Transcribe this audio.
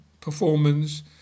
performance